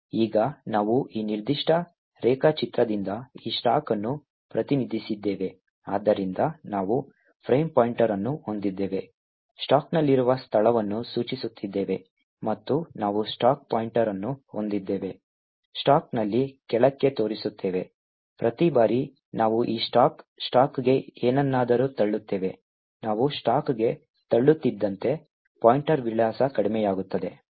ಈಗ ನಾವು ಈ ನಿರ್ದಿಷ್ಟ ರೇಖಾಚಿತ್ರದಿಂದ ಈ ಸ್ಟಾಕ್ ಅನ್ನು ಪ್ರತಿನಿಧಿಸಿದ್ದೇವೆ ಆದ್ದರಿಂದ ನಾವು ಫ್ರೇಮ್ ಪಾಯಿಂಟರ್ ಅನ್ನು ಹೊಂದಿದ್ದೇವೆ ಸ್ಟಾಕ್ನಲ್ಲಿರುವ ಸ್ಥಳವನ್ನು ಸೂಚಿಸುತ್ತಿದ್ದೇವೆ ಮತ್ತು ನಾವು ಸ್ಟಾಕ್ ಪಾಯಿಂಟರ್ ಅನ್ನು ಹೊಂದಿದ್ದೇವೆ ಸ್ಟಾಕ್ನಲ್ಲಿ ಕೆಳಕ್ಕೆ ತೋರಿಸುತ್ತೇವೆ ಪ್ರತಿ ಬಾರಿ ನಾವು ಈ ಸ್ಟಾಕ್ ಸ್ಟಾಕ್ಗೆ ಏನನ್ನಾದರೂ ತಳ್ಳುತ್ತೇವೆ ನಾವು ಸ್ಟಾಕ್ಗೆ ತಳ್ಳುತ್ತಿದ್ದಂತೆ ಪಾಯಿಂಟರ್ ವಿಳಾಸ ಕಡಿಮೆಯಾಗುತ್ತದೆ